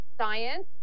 science